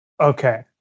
Okay